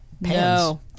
No